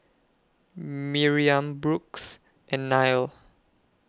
Miriam Brooks and Nile